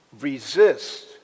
resist